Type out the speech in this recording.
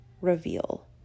reveal